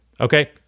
okay